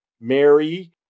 Mary